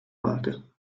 maken